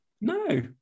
No